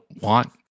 want